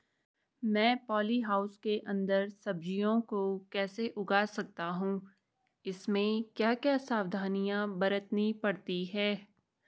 मैं polyhouse के अन्दर सब्जियों को कैसे उगा सकता हूँ इसमें क्या क्या सावधानियाँ बरतनी पड़ती है?